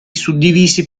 suddivisi